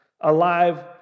alive